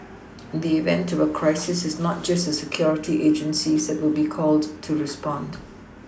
in the event of a crisis it's not just the security agencies that will be called to respond